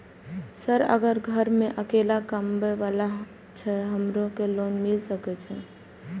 Sir अगर घर में अकेला कमबे वाला छे हमरो के लोन मिल सके छे?